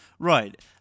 Right